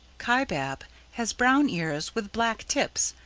kaibab has brown ears with black tips,